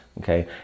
okay